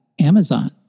Amazon